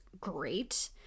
great